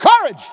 courage